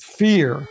fear